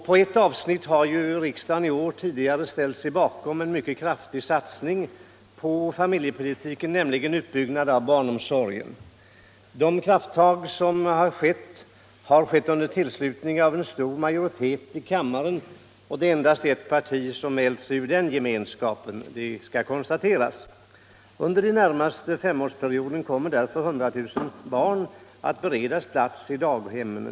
På ett avsnitt har riksdagen tidigare i år ställt sig bakom en mycket kraftig satsning, nämligen utbyggnaden av barnomsorgen. En stor majoritet i kammaren har anslutit sig till denna satsning — endast ett parti har mält sig ur den gemenskapen. Under den närmaste femårsperioden kommer därför 100 000 barn att beredas plats i daghem.